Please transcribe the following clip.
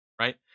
right